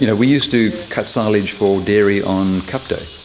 you know we used to cut silage for dairy on cup day,